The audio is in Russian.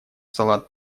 салат